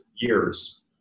years